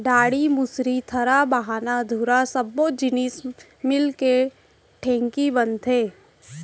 डांड़ी, मुसरी, थरा, बाहना, धुरा सब्बो जिनिस मिलके ढेंकी बनथे